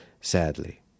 sadly